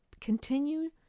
continue